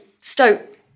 Stoke